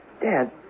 Dad